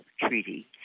treaty